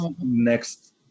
next